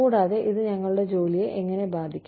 കൂടാതെ ഇത് ഞങ്ങളുടെ ജോലിയെ എങ്ങനെ ബാധിക്കും